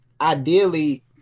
ideally